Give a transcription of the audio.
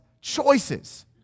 choices